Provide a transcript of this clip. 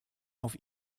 auf